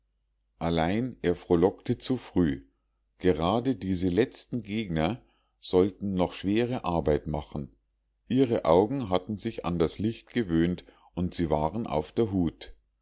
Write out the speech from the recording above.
allein er frohlockte zu früh gerade diese letzten gegner sollten noch schwere arbeit machen ihre augen hatten sich an das licht gewöhnt und sie waren auf ihrer hut